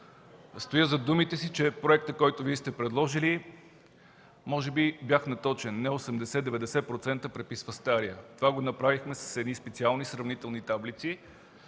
Стоя зад думите си, че проектът, който Вие сте предложили, може би бях неточен, не 80, а 90% преписва стария. Това го направихме с едни специални сравнителни таблици,